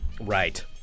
Right